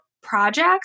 projects